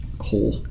hole